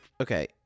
Okay